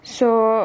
so